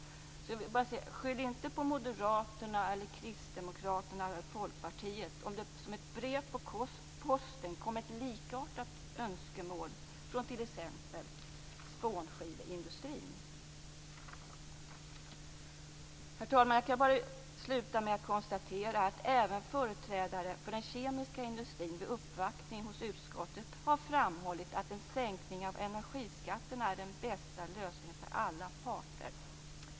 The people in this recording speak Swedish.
Jag vill bara säga: Skyll inte på Moderaterna, Kristdemokraterna eller Folkpartiet om det som ett brev på posten kommer ett likartat önskemål från t.ex. spånskiveindustrin! Herr talman! Jag kan konstatera att även företrädare för den kemiska industrin vid uppvaktning hos utskottet har framhållit att en sänkning av energiskatterna är den bästa lösningen för alla parter.